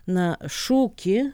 na šūkį